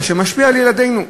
אשר משפיע על ילדינו.